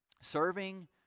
serving